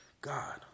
God